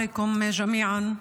תרגומם.)